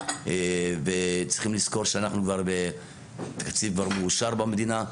צריכים לזכור שאנחנו כבר בתקציב מאושר במדינה,